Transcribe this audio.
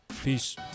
peace